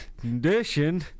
condition